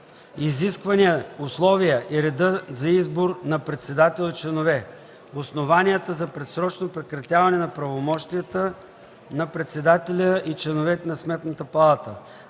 изискванията, условията и реда за избор на председател и членове; - основанията за предсрочно прекратяване на правомощията на председателя или членове на Сметната палата;